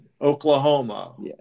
Oklahoma